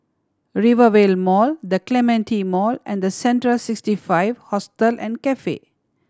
Rivervale Mall The Clementi Mall and Central Sixty Five Hostel and Cafe